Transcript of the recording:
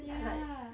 ya